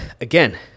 again